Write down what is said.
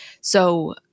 So-